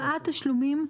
הקפאת תשלומים,